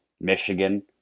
Michigan